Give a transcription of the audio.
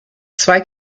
zwei